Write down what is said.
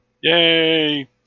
Yay